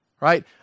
right